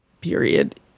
period